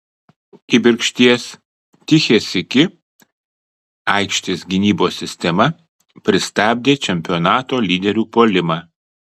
kibirkšties tichės iki aikštės gynybos sistema pristabdė čempionato lyderių puolimą